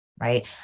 Right